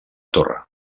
torre